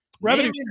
revenue